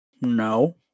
No